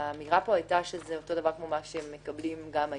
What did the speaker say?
האמירה פה הייתה שזה אותו דבר כמו מה שהם מקבלים היום.